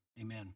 amen